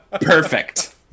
perfect